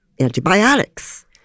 antibiotics